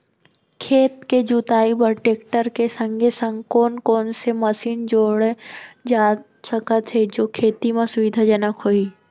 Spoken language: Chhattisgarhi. खेत के जुताई बर टेकटर के संगे संग कोन कोन से मशीन जोड़ा जाथे सकत हे जो खेती म सुविधाजनक होही?